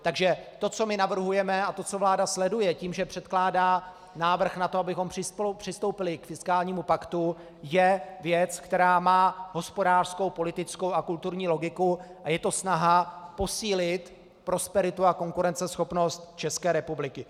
Takže to, co my navrhujeme, a to, co vláda sleduje tím, že předkládá návrh na to, abychom přistoupili k fiskálnímu paktu, je věc, která má hospodářskou, politickou a kulturní logiku a je to snaha posílit prosperitu a konkurenceschopnost České republiky.